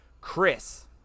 chris